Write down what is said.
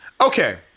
Okay